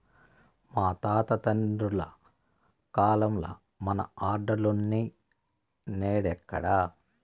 మా తాత తండ్రుల కాలంల మన ఆర్డర్లులున్నై, నేడెక్కడ